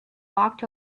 walked